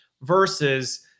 versus